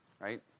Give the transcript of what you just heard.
Right